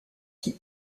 qui